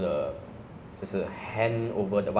cause if you take the whole one thousand dollars ah